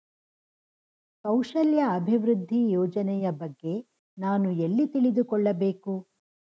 ಕೌಶಲ್ಯ ಅಭಿವೃದ್ಧಿ ಯೋಜನೆಯ ಬಗ್ಗೆ ನಾನು ಎಲ್ಲಿ ತಿಳಿದುಕೊಳ್ಳಬೇಕು?